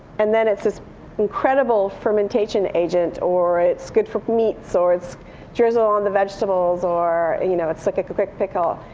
and then it's this incredible fermentation agent, or it's good for meats, or drizzle on the vegetables or you know it's like a quick pickle.